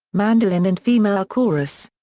mandolin and female chorus.